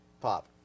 Pop